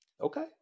Okay